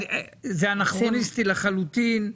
זה אנכרוניסטי לחלוטין.